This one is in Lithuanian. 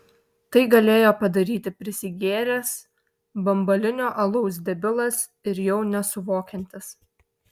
tai galėjo padaryti prisigėręs bambalinio alaus debilas ir jau nesuvokiantis